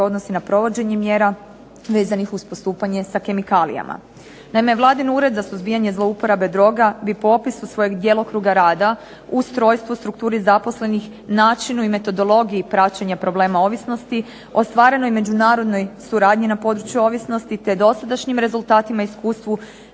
odnosi na provođenje mjera vezanih uz postupanje sa kemikalijama. Naime Vladin Ured za suzbijanje zlouporabe droga bi po opisu svojeg djelokruga rada, ustrojstvu, strukturi zaposlenih, načinu i metodologiji praćenja problema ovisnosti, ostvarenoj međunarodnoj suradnji na području ovisnosti, te dosadašnjim rezultatima i iskustvu